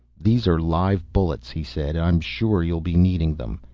these are live bullets, he said. i'm sure you'll be needing them.